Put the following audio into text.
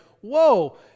whoa